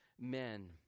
men